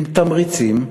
עם תמריצים,